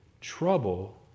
Trouble